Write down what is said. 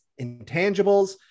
intangibles